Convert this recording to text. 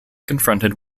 confronted